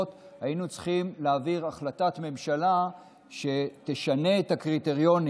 היינו צריכים להעביר החלטת ממשלה שתשנה את הקריטריונים,